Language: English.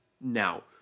Now